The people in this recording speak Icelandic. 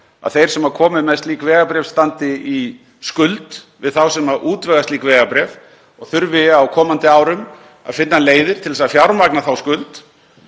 að þeir sem komi með slík vegabréf standi í skuld við þá sem útvega slík vegabréf og þurfi á komandi árum að finna leiðir til að fjármagna þá skuld,